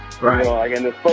Right